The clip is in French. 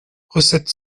recette